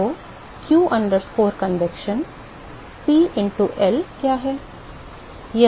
तो q convection P into L क्या है